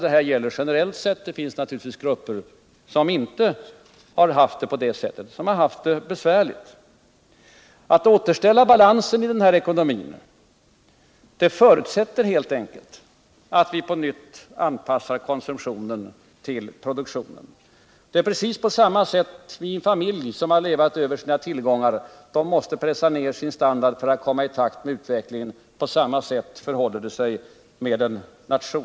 Detta gäller generellt sett — det finns naturligtvis grupper som inte haft det så utan har haft det besvärligt. Att återställa balansen i vår ekonomi förutsätter helt enkelt att vi på nytt anpassar konsumtionen till produktionen. När en familj har levt över sina tillgångar måste den pressa ner sin standard för att komma i takt med utvecklingen. På samma sätt förhåller det sig med en nation.